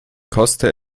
koste